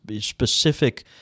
specific